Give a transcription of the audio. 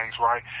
right